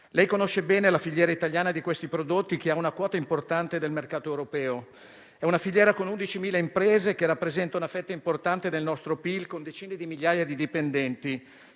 Lei conosce bene la filiera italiana di questi prodotti, che ha una quota importante del mercato europeo. È una filiera con 11.000 imprese e che rappresenta una fetta importante del nostro PIL, con decine di migliaia di dipendenti.